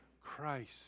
Christ